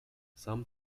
some